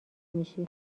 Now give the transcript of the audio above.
میشی